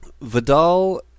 Vidal